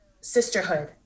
sisterhood